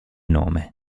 nome